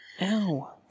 Ow